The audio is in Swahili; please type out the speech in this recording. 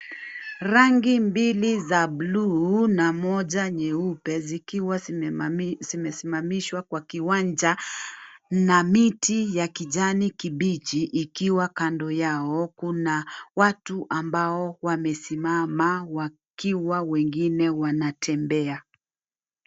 Rangi mbili za bluu na moja nyeupe zikiwa zimesimamishwa kwa kiwanja na miti ya kijani kibichi ikiwa kando yao. Kuna watu ambao wamesimama wakiwa wengine wanatembea.